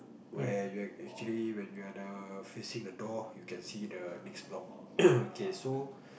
where you are actually when you are the facing the door you can see the next block okay so